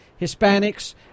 Hispanics